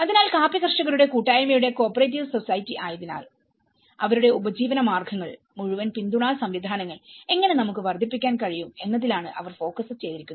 അതിനാൽ കാപ്പി കർഷകരുടെ കൂട്ടായ്മയുടെ കോപ്പറേറ്റീവ് സൊസൈറ്റി ആയതിനാൽ അവരുടെ ഉപജീവനമാർഗങ്ങൾ മുഴുവൻ പിന്തുണാ സംവിധാനങ്ങൾ എങ്ങനെ നമുക്ക് വർദ്ധിപ്പിക്കാൻ കഴിയും എന്നതിലാണ് അവർ ഫോക്കസ് ചെയ്തിരിക്കുന്നത്